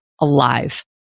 alive